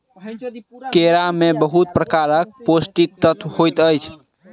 केरा में बहुत प्रकारक पौष्टिक तत्व होइत अछि